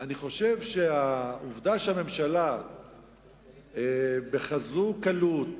אני חושב שהעובדה שהממשלה בכזו קלות